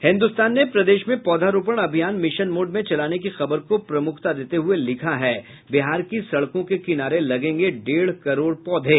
हिन्द्रस्तान ने प्रदेश में पौधारोपण अभियान मिशन मोड में चलाने की खबर को प्रमुखता देते हुए लिखा है बिहार की सड़कों के किनारे लगेंगे डेढ़ करोड़ पौधे